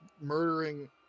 murdering